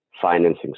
financing